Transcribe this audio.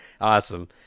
awesome